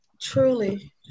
Truly